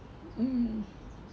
mm